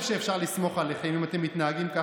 ולכן בהצעות האי-אמון היום אנחנו לא משתתפים.